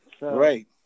Right